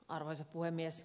arvoisa puhemies